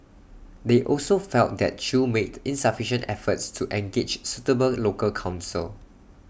they also felt that chew made insufficient efforts to engage suitable local counsel